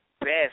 best